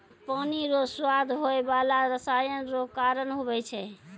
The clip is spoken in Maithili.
पानी रो स्वाद होय बाला रसायन रो कारण हुवै छै